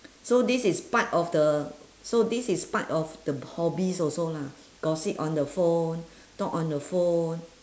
so this is part of the so this is part of the b~ hobbies also lah gossip on the phone talk on the phone